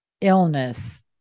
illness